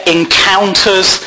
encounters